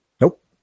Nope